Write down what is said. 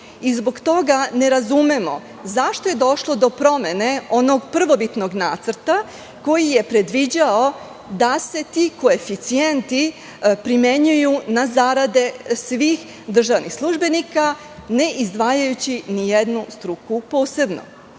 Zbog toga ne razumemo zašto je došlo do promene onog prvobitnog nacrta koji je predviđao da se ti koeficijenti primenjuju na zarade svih državnih službenika, ne izdvajajući nijednu struku posebno. Htela